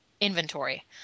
inventory